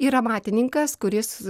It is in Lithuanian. ir amatininkas kuris